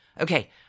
Okay